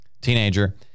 teenager